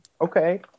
Okay